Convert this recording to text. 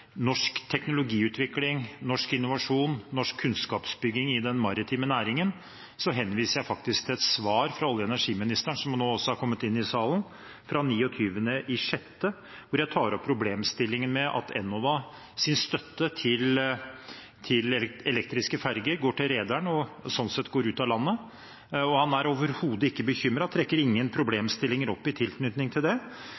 norsk teknologiutvikling, norsk innovasjon, norsk kunnskapsbygging i den maritime næringen, henviser jeg faktisk til et svar fra olje- og energiministeren, som nå også er kommet inn i salen, fra 29. juni, hvor jeg tar opp problemstillinger med at Enovas støtte til elektriske ferger går til rederen og sånn sett går ut av landet. Han er overhodet ikke bekymret, trekker